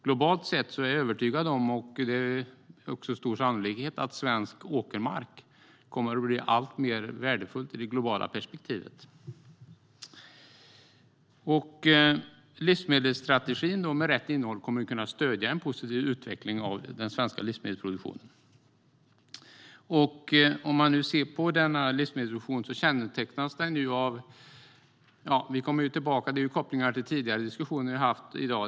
Globalt sett kommer - det är jag övertygad om - svensk åkermark att bli allt värdefullare. Om livsmedelsstrategin får rätt innehåll kommer den att kunna stödja en positiv utveckling av den svenska livsmedelsproduktionen. När vi tittar på vad som kännetecknar denna livsmedelsproduktion ser vi att det finns kopplingar till tidigare diskussioner som vi har haft i dag.